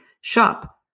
shop